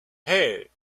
hey